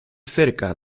cerca